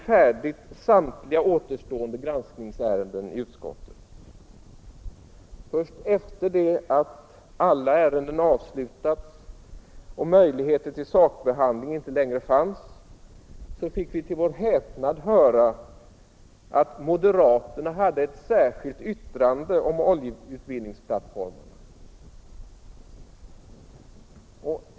Oljeutvinningsplattformar möjligheter till sakbehandling inte längre fanns fick vi till vår häpnad höra att moderaterna hade ett särskilt yttrande om oljeutvinningsplattformar.